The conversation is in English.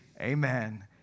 amen